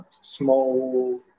small